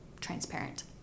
transparent